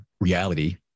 reality